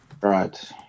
Right